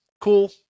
cool